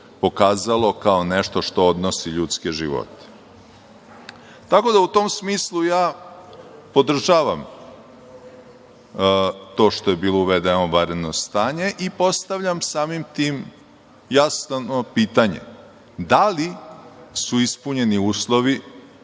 pokazalo kao nešto što odnosi ljudske živote.U tom smislu podržavam to što je bilo uvedeno vanredno stanje i postavljam, samim tim, jasno pitanje - da li su ispunjeni uslovi